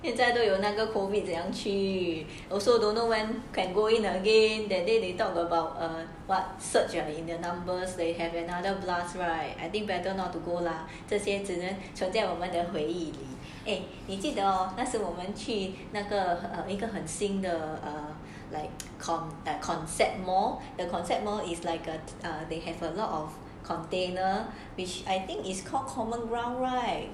现在有那个 COVID 怎样去 also don't know when can go in and that day they talk about err what surge ah in their numbers they have another blast right I think better not to go lah 这些只能存在我们的回忆 eh 你记得那时我们去那个一个很 the err like concept mall the concept mall is like a err they have a lot of container which I think is called common ground right